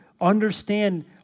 understand